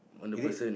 is it